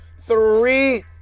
Three